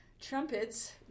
trumpets